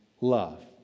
love